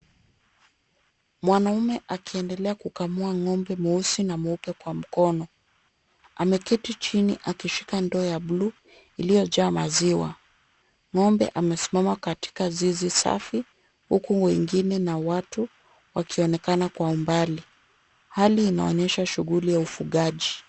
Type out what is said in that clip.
Mwanaume akiendelea kukamua ng'ombe mweusi na mweupe kwa mkono. Ameketi chini akishika ndoo ya blue iliyojaa maziwa. Ng'ombe amesimama katika zizi safi huku mwingine na watu wakionekana kwa umbali. Hali inaonyesha shughuli ya ufugaji.